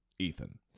Ethan